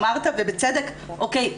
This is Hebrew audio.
אמרת ובצדק 'אוקיי,